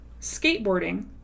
skateboarding